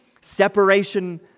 separation